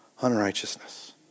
unrighteousness